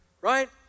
right